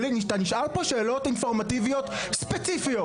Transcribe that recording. אתה נשאר פה שאלות אינפורמטיביות ספציפיות.